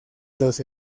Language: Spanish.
los